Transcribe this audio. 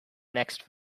next